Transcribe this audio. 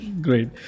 great